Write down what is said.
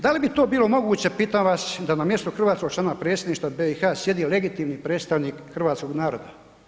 Da li bi to bilo moguće, pitam vas da na mjestu hrvatskog člana predsjedništva BiH sjedi legitimni predstavnik hrvatskog naroda?